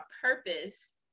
purpose